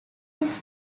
this